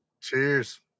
Cheers